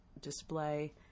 display